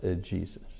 Jesus